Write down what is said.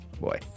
boy